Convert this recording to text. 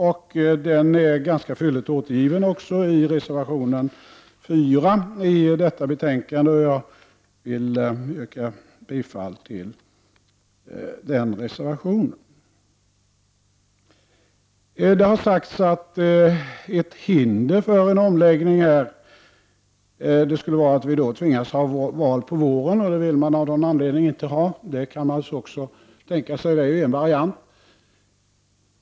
Den är också ganska fylligt återgiven i reservation 4 till detta betänkande. Jag vill yrka bifall till den reservationen. Det har sagts att ett hinder för en omläggning skulle vara att vi tvingades ha val på våren. Det vill man av någon anledning inte ha. Men det kan naturligtvis också tänkas vara en variant.